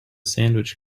sandwich